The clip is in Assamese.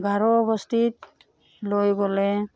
গাৰোবস্তিত লৈ গ'লে